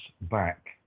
back